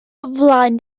flaen